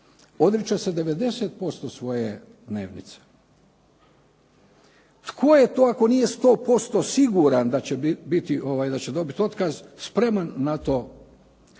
odriče se 90% svoje dnevnice. Tko je to ako nije sto posto siguran da će dobiti otkaz spreman na to.